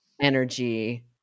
energy